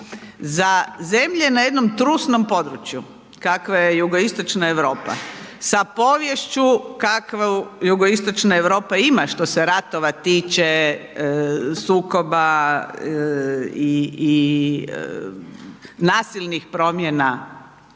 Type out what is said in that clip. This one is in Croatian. Za zemlje na jednom trusnom području, kakva je jugoistočna Europa, sa poviješću kakvu jugoistočna Europa ima, što se ratova tiče, sukoba i nasilnih promjena